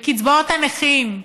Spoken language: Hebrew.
בקצבאות הנכים.